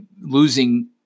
losing